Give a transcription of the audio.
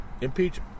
impeach